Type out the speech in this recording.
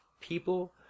people